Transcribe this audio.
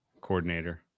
coordinator